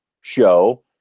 show